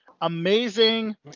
amazing